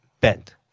bent